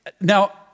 Now